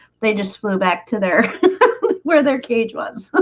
they just flew back to their where their cage was? ah